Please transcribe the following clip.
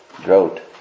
drought